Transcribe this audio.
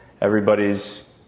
everybody's